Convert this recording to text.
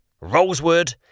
rosewood